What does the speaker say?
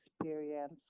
experience